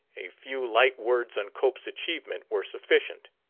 a few light words on cope's achievement were sufficient